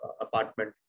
apartment